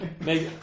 Make